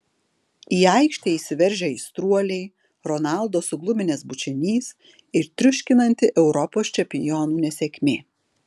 į aikštę įsiveržę aistruoliai ronaldo sugluminęs bučinys ir triuškinanti europos čempionų nesėkmė